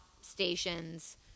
Stations